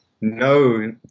no